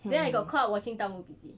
then I got caught watching 盗墓笔记